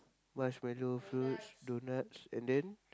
marshmallow fruits donuts and then